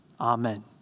Amen